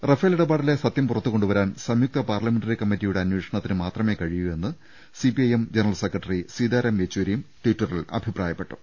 Rafale ഇടപാടിലെ സത്യം പുറത്തുകൊണ്ടുവരാൻ സംയുക്ത പാർലമെന്ററി കമ്മറ്റിയുടെ അന്വേഷണത്തിന് മാത്രമേ കഴിയു എന്ന് സിപിഐഎം ജനറൽ സെക്രട്ടറി സീതാറാം യെച്ചൂരിയും ട്വിറ്ററിൽ അഭിപ്രായപ്പെട്ടു